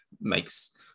makes